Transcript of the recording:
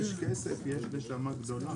איפה שיש כסף יש נשמה גדולה.